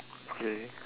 okay